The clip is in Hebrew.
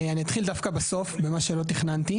אני אתחיל דווקא בסוף, במה שלא תכננתי.